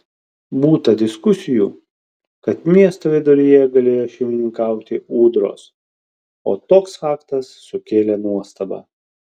būta diskusijų kad miesto viduryje galėjo šeimininkauti ūdros o toks faktas sukėlė nuostabą